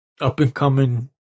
up-and-coming